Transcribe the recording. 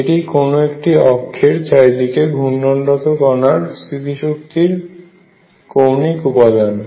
এটি কোন একটি অক্ষের চারদিকে ঘূর্ণনরত কণার স্থিতি শক্তির কৌণিক উপাদান